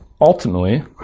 ultimately